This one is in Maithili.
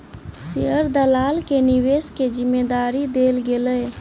शेयर दलाल के निवेश के जिम्मेदारी देल गेलै